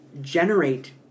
generate